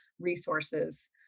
resources